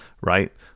right